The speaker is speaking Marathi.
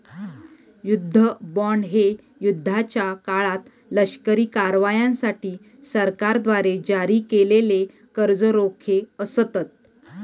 युद्ध बॉण्ड हे युद्धाच्या काळात लष्करी कारवायांसाठी सरकारद्वारे जारी केलेले कर्ज रोखे असतत